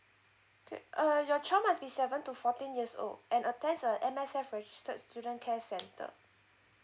okay uh your child must be seven to fourteen years old and attach with a registered student care center